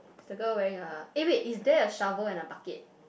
is the girl wearing a eh wait is there a shovel and a bucket